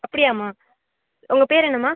அப்படியாம்மா உங்கள் பேர் என்னம்மா